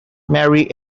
mary